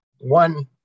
one